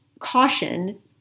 caution